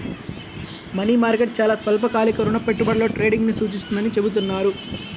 money market చాలా స్వల్పకాలిక రుణ పెట్టుబడులలో ట్రేడింగ్ను సూచిస్తుందని చెబుతున్నారు